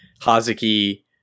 Hazuki